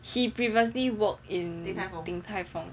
he previously worked in 鼎泰丰 right